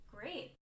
Great